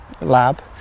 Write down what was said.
lab